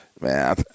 man